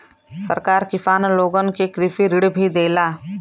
सरकार किसान लोगन के कृषि ऋण भी देला